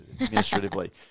administratively